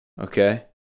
okay